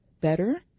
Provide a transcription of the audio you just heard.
better